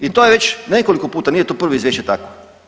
I to je već nekoliko puta, nije to prvo izvješće takvo.